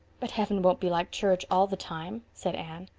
but heaven won't be like church all the time, said anne.